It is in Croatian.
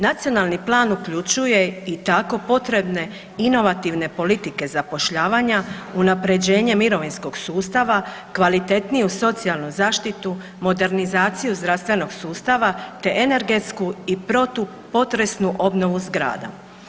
Nacionalni plan uključuje i tako potrebne inovativne politike zapošljavanja, unapređenje mirovinskog sustava, kvalitetniju socijalnu zaštitu, modernizaciju zdravstvenog sustava te energetsku i protupotresnu obnovu zgrada.